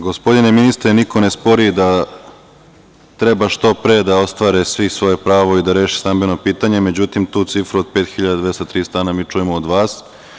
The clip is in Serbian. Gospodine ministre, niko ne spori da treba što pre da ostvare svi svoje pravo i da reše stambeno pitanje, međutim, tu cifru od 5203 stana mi čujemo od vas.